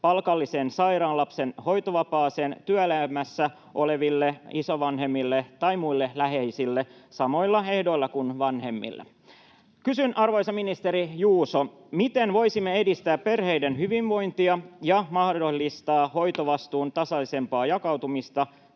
palkalliseen sairaan lapsen hoitovapaaseen työelämässä oleville isovanhemmille tai muille läheisille samoilla ehdoilla kuin vanhemmille. Kysyn, arvoisa ministeri Juuso, miten voisimme edistää perheiden hyvinvointia ja mahdollistaa hoitovastuun tasaisempaa jakautumista,